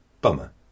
Bummer